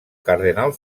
cardenal